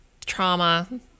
trauma